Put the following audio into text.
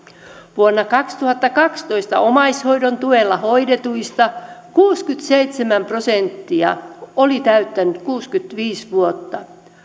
vuonna kaksituhattakaksitoista omaishoidon tuella hoidetuista kuusikymmentäseitsemän prosenttia oli täyttänyt kuusikymmentäviisi vuotta